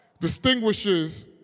distinguishes